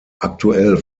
aktuell